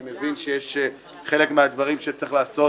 אני מבין שיש חלק מהדברים שצריך לעשות